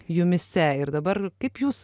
jumyse ir dabar kaip jūs